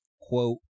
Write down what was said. quote